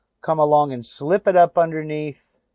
come along and slip it up underneath.